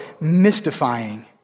mystifying